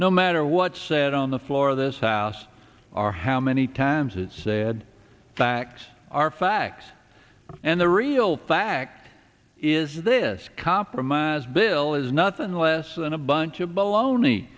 no matter what's said on the floor of this house or how many times it's said facts are facts and the real fact is this compromise bill is nothing less than a bunch of baloney